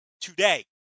today